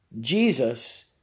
Jesus